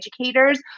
educators